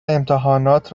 امتحانات